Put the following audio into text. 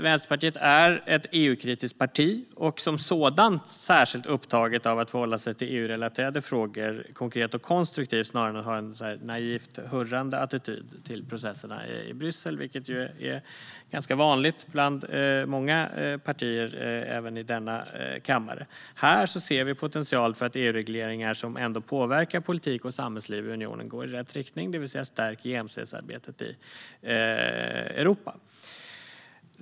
Vänsterpartiet är ett EU-kritiskt parti och som sådant särskilt upptaget av att förhålla sig till EU-relaterade frågor konkret och konstruktivt snarare än att ha en naivt hurrande attityd till processerna i Bryssel, vilket ju är ganska vanligt bland många partier även i denna kammare. Här ser vi potential för att EU-regleringar som ändå påverkar politik och samhällsliv i unionen går i rätt riktning, det vill säga stärker jämställdhetsarbetet i Europa.